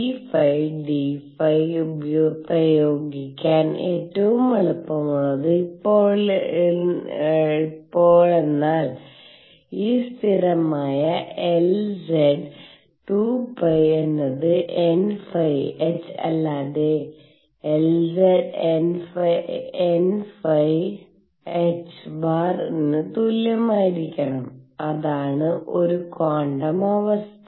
Pϕdϕ പ്രയോഗിക്കാൻ ഏറ്റവും എളുപ്പമുള്ളത് ഇപ്പോളിന്നാൽ ഈ സ്ഥിരമായ Lz 2 π എന്നത് nϕ h അല്ലെങ്കിൽ Lz nϕ ℏ ന് തുല്യമായിരിക്കണം ഇതാണ് ഒരു ക്വാണ്ടം അവസ്ഥ